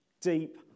deep